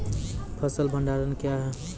फसल भंडारण क्या हैं?